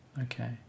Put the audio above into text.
Okay